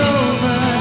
over